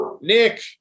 nick